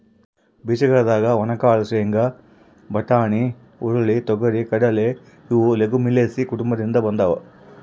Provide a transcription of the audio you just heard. ಬೀಜಗಳಾದ ಒಣಕಾಳು ಶೇಂಗಾ, ಬಟಾಣಿ, ಹುರುಳಿ, ತೊಗರಿ,, ಕಡಲೆ ಇವು ಲೆಗುಮಿಲೇಸಿ ಕುಟುಂಬದಿಂದ ಬಂದಾವ